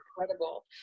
incredible